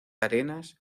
arenas